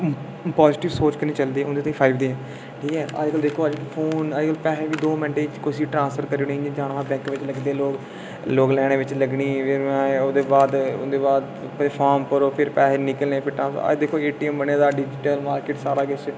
positive सोच कन्नै चलदे उं'दे लेई फायदे न ठीक ऐ अजकल दिक्खो अजकल फोन अज्ज कल पैहे दो मैंटे च कुसै ई ट्रांसफर करने इ'यां जाना होऐ बैंक बेच लगदे लोक लोक लैने बिच लगने फिर ओह्दे बाद उं'दे बाद फ्ही फार्म भरो फेर पैहे निकलने अज्ज दिक्खो एटी ऐम बने दा डिजिटल मारकेट सब केश